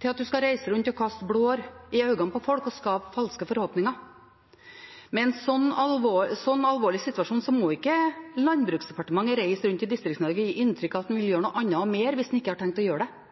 til at en skal reise rundt og kaste blår i øynene på folk og skape falske forhåpninger. Med en slik alvorlig situasjon må ikke Landbruksdepartementet reise rundt i Distrikts-Norge og gi inntrykk av at en vil gjøre noe annet – og